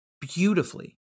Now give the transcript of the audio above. beautifully